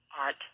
Art